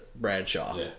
Bradshaw